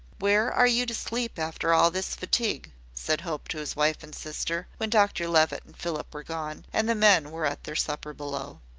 where are you to sleep after all this fatigue? said hope to his wife and sister, when dr levitt and philip were gone, and the men were at their supper below.